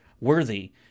worthy